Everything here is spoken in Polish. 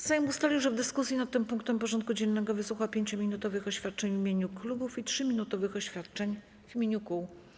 Sejm ustalił, że w dyskusji nad tym punktem porządku dziennego wysłucha 5-minutowych oświadczeń w imieniu klubów i 3-minutowych oświadczeń w imieniu kół.